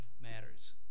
matters